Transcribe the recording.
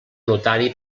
notari